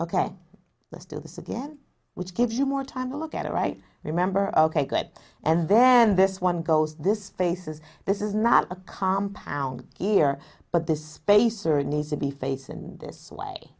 ok let's do this again which gives you more time to look at it right remember ok good and then this one goes this faces this is not a compound here but this spacer needs to be facing this way